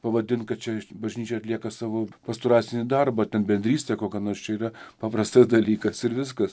pavadint kad čia bažnyčia atlieka savo pastoracinį darbą ten bendrystė kokia nors čia yra paprastas dalykas ir viskas